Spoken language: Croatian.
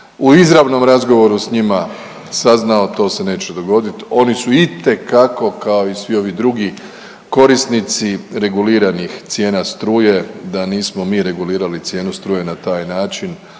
u izravnom razgovoru s njima saznao, to se neće dogoditi. Oni su itekako, kao i svi ovi drugi korisnici reguliranih cijena struje, da nismo mi regulirali cijenu struje na taj način,